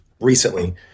recently